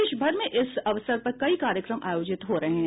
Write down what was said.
देश भर में इस अवसर पर कई कार्यक्रम आयोजित हो रहे हैं